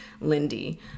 Lindy